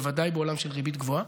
בוודאי בעולם של ריבית גבוהה.